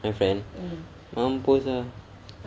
my friend mampus ah